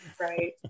Right